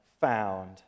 found